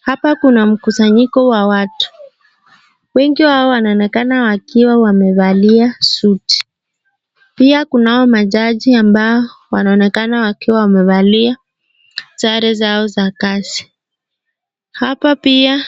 Hapa kuna mkusanyiko wa watu. Wengi wao wanaonekana wakiwa wamevalia suti. Pia kuna hao majaji ambao wanaonekana wakiwa wamevali sare zao za kazi. Hapa pia